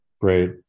great